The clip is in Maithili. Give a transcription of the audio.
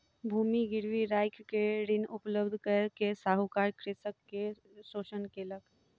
भूमि गिरवी राइख के ऋण उपलब्ध कय के साहूकार कृषक के शोषण केलक